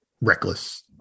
Reckless